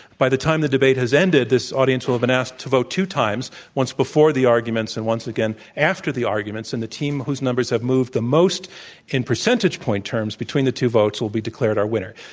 by the time the debate has ended this audience will have been asked to vote two times, once before the arguments and once again after the arguments, and the team whose numbers have moved the most in percentage point terms between the two votes will be declared our winner.